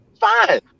fine